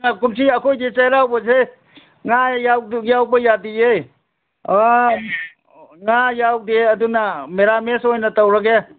ꯀꯨꯝꯁꯤ ꯑꯩꯈꯣꯏꯗꯤ ꯆꯩꯔꯥꯎꯕꯁꯦ ꯉꯥ ꯌꯥꯎꯕ ꯌꯥꯗꯤꯌꯦ ꯑꯥ ꯉꯥ ꯌꯥꯎꯗꯦ ꯑꯗꯨꯅ ꯃꯦꯔꯥ ꯃꯦꯁ ꯑꯣꯏꯅ ꯇꯧꯔꯒꯦ